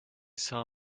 saw